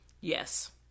yes